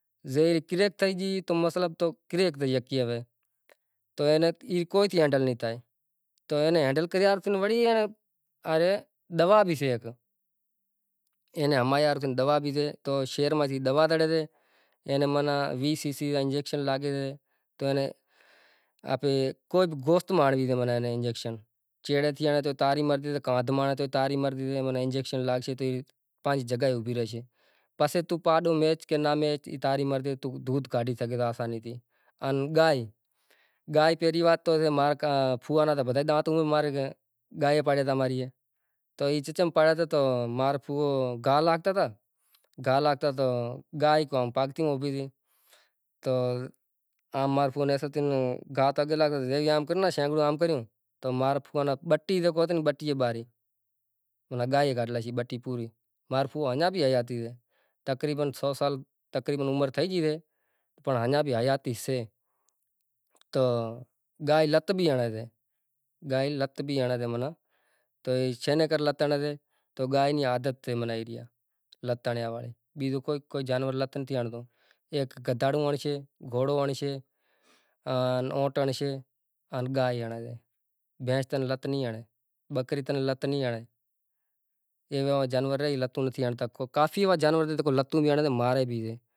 ای مطلب اپاڑا زاوے اپاڑا زائے گاڈی کرے مطلب امیں موٹر سینکل ماتھے زایاں امارے گوٹھ میں ساریو گادی کرتو بدہا مانڑاں مطلب گھومے جمڑائو اے اپاڑے وری ڈوباڑے وری واپسی وری بہ ٹے سال تھئی گیا ہوے ٹھائیں مورتیوں آئیں تی گاڈی کرے